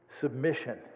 Submission